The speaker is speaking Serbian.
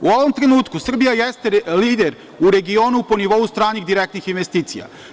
U ovom trenutku Srbija jeste lider u regionu po nivou stranih direktnih investicija.